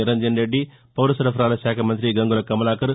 నిరంజన్రెడ్డి పౌర సరఫరాల శాఖ మంత్రి గంగుల కమలాకర్